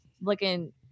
looking